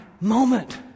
moment